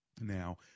Now